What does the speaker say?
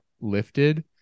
lifted